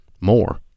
more